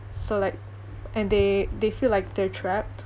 so like and they they feel like they're trapped